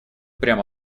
прямо